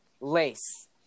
Lace